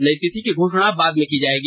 नई तिथियों की घोषणा बाद में की जाएगी